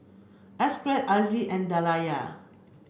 Aziz and Dayana